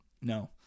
No